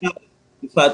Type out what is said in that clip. השר להשכלה גבוהה